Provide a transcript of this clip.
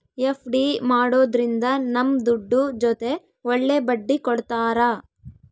FD ಮಾಡೋದ್ರಿಂದ ನಮ್ ದುಡ್ಡು ಜೊತೆ ಒಳ್ಳೆ ಬಡ್ಡಿ ಕೊಡ್ತಾರ